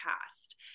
past